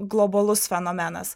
globalus fenomenas